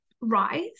rise